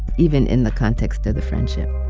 even in the context of the friendship